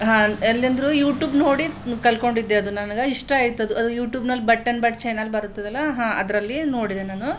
ಎಲ್ಲಿಂದ್ರು YouTube ನೋಡಿ ಕಲ್ಕೊಂಡಿದ್ದೆ ಅದು ನನಗೆ ಇಷ್ಟ ಆಯ್ತದೆ ಅದು ಯುಟ್ಯೂಬ್ನಲ್ಲಿ ಭಟ್ ಆ್ಯಂಡ್ ಭಟ್ ಚಾನಲ್ ಬರ್ತದಲ್ಲ ಹಾಂ ಅದರಲ್ಲಿ ನೋಡಿದೆ ನಾನು